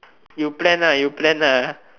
you plan you plan